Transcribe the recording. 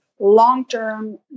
long-term